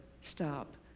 stop